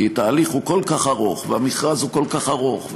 כי התהליך כל כך ארוך והמכרז כל כך ארוך,